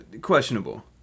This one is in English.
Questionable